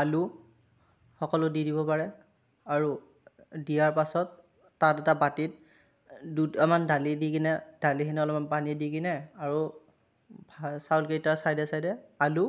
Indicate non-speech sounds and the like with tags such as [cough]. আলু সকলো দি দিব পাৰে আৰু দিয়াৰ পাছত তাত এটা বাটিত দুটামান দালি দি কিনে দালিখিনি অলপমান পানী দি কিনে আৰু [unintelligible] চাউলকেইটা চাইদে চাইদে আলু